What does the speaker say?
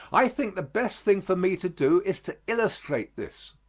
i think the best thing for me to do is to illustrate this,